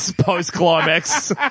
post-climax